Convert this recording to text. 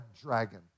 dragon